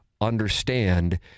understand